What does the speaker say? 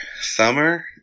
summer